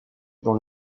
dans